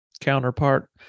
counterpart